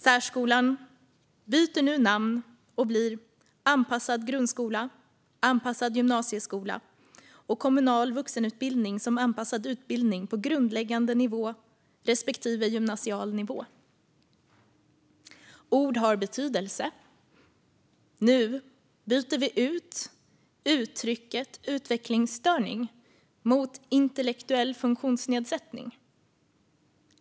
Särskolan byter nu namn och blir anpassad grundskola, anpassad gymnasieskola och kommunal vuxenutbildning som anpassad utbildning på grundläggande nivå respektive gymnasial nivå. Ord har betydelse. Nu byter vi ut uttrycket utvecklingsstörning mot intellektuell funktionsnedsättning.